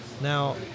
Now